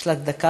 יש לך דקה.